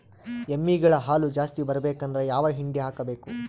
ಎಮ್ಮಿ ಗಳ ಹಾಲು ಜಾಸ್ತಿ ಬರಬೇಕಂದ್ರ ಯಾವ ಹಿಂಡಿ ಹಾಕಬೇಕು?